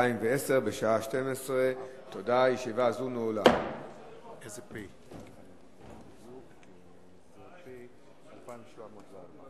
2010, בשעה 12:00.